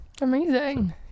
Amazing